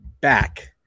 back